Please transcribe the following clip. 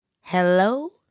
Hello